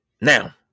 Now